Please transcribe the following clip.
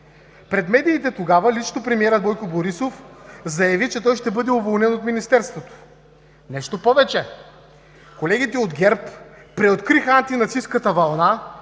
пред медиите тогава лично премиерът Бойко Борисов заяви, че той ще бъде уволнен от Министерството. Нещо повече, колегите от ГЕРБ преоткриха антинацистката вълна